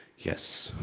yes,